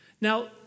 Now